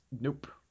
nope